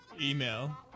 Email